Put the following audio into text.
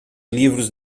livros